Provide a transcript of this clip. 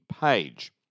page